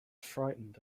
frightened